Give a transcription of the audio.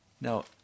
Now